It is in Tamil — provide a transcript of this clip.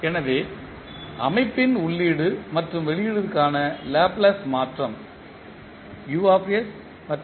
எனவே அமைப்பின் உள்ளீடு மற்றும் வெளியீட்டிற்கான லேப்ளேஸ் மாற்றம் மற்றும்